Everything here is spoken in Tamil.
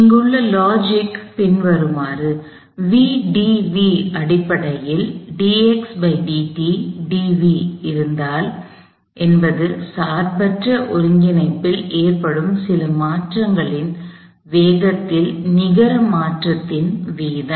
இங்குள்ள லாஜிக் பின்வருமாறு அடிப்படையில் இருந்தால் என்பது சார்பற்ற ஒருங்கிணைப்பில் ஏற்படும் சில மாற்றங்களின் வேகத்தில் நிகர மாற்றத்தின் வீதம்